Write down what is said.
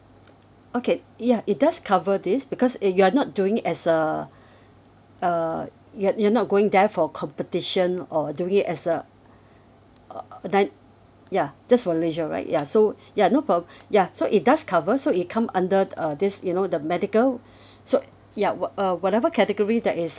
okay ya it does cover this because eh you are not doing as a uh you you're not going there for competition or do it as a uh uh neit~ ya just for leisure right ya so ya no problem ya so it does cover so it come under uh this you know the medical so ya wha~ uh whatever category that is